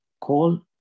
call